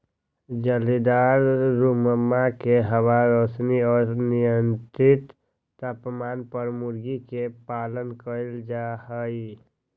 जालीदार रुम्मा में हवा, रौशनी और मियन्त्रित तापमान पर मूर्गी के पालन कइल जाहई